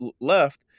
left